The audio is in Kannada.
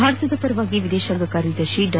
ಭಾರತದ ಪರವಾಗಿ ವಿದೇಶಾಂಗ ಕಾರ್ಯದರ್ಶಿ ಡಾ